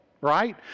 right